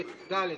נמנעים.